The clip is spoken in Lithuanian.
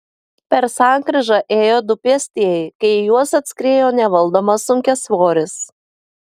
per sankryžą ėjo du pėstieji kai į juos atskriejo nevaldomas sunkiasvoris